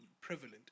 prevalent